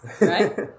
right